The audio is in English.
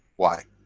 why?